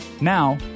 Now